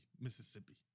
Mississippi